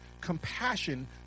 Compassion